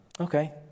okay